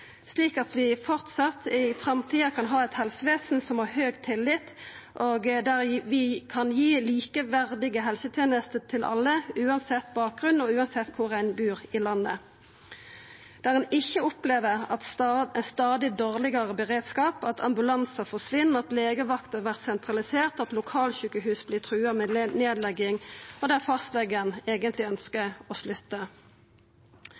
slik at vi framleis i framtida kan ha eit helsevesen som har høg tillit – der vi kan gi likeverdige helsetenester til alle, uansett bakgrunn og uansett kor ein bur i landet, der ein ikkje opplever stadig dårlegare beredskap, at ambulansar forsvinn, at legevakta vert sentralisert, at lokalsjukehus vert trua med nedlegging, og der fastlegen eigentleg